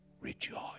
rejoice